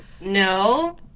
No